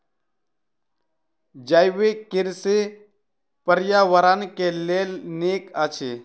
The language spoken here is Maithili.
जैविक कृषि पर्यावरण के लेल नीक अछि